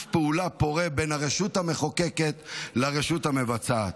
פעולה פורה בין הרשות המחוקקת לרשות המבצעת.